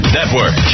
Network